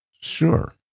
Sure